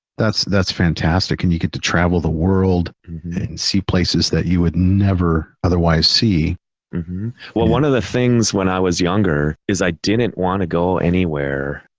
that's, that's fantastic. and you get to travel the world and see places that you would never otherwise see. jeff well one of the things when i was younger is i didn't want to go anywhere.